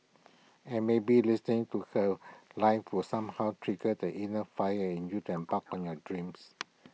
and maybe listening to her live will somehow trigger the inner fire in you to embark on your dreams